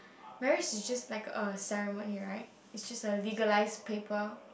marriage is just like a ceremony right is just a legalise paper